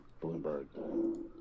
Bloomberg